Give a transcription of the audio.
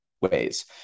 ways